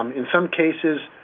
um in some cases,